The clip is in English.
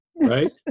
right